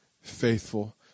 faithful